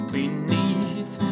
beneath